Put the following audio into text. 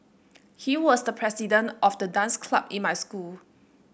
he was the president of the dance club in my school